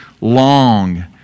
long